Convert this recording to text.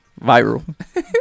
Viral